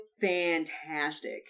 Fantastic